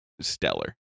stellar